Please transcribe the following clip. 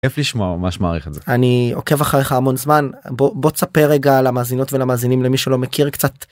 כיף לשמוע ממש מערכת זה. אני עוקב אחריך המון זמן בוא בוא תספר רגע למאזינות ולמאזינים למי שלא מכיר קצת.